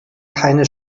keine